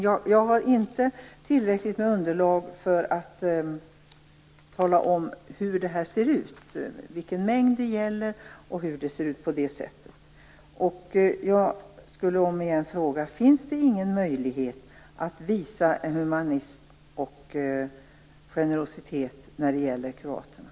Jag har inte tillräckligt med underlag för att tala om hur det här ser ut och vilken mängd det är fråga om. Jag vill om igen fråga: Finns det ingen möjlighet att visa humanitet och generositet när det gäller kroaterna?